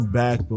back